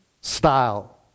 style